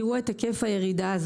תראו את היקף הירידה.